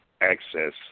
access